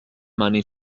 money